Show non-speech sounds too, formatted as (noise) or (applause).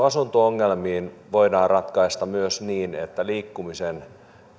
(unintelligible) asunto ongelma voidaan ratkaista myös niin että liikkumisen